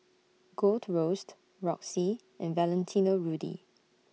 Gold Roast Roxy and Valentino Rudy